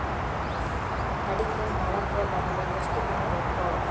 ಅಡಿಕೆ ಮೊಳಕೆ ಬರಲು ಎಷ್ಟು ದಿನ ಬೇಕು?